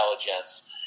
intelligence